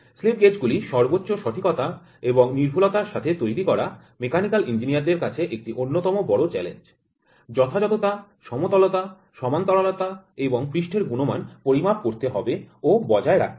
slip gauge গুলি সর্বোচ্চ সঠিকতা এবং নির্ভুলতার সাথে তৈরি করা মেকানিক্যাল ইঞ্জিনিয়ারদের কাছে একটি অন্যতম বড় চ্যালেঞ্জ যথাযথতা সমতলতা সমান্তরালতা এবং পৃষ্ঠের গুণমান পরিমাপ করতে হবে ও বজায় রাখতে হবে